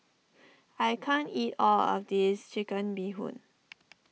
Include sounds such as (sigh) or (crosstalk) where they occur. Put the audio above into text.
I can't eat all of this Chicken Bee Hoon (noise)